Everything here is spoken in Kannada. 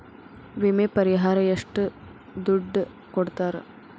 ವಿಮೆ ಪರಿಹಾರ ಎಷ್ಟ ದುಡ್ಡ ಕೊಡ್ತಾರ?